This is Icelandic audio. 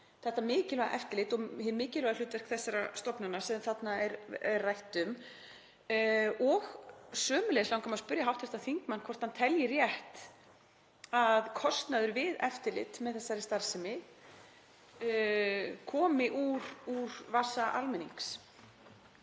þetta mikilvæga eftirlit og hið mikilvæga hlutverk þessara stofnana sem þarna er rætt um. Sömuleiðis langar mig að spyrja hv. þingmann hvort hann telji rétt að kostnaður við eftirlit með þessari starfsemi komi úr vasa almennings.